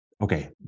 Okay